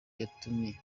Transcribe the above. yatumye